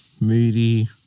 Moody